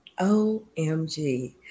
OMG